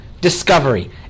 discovery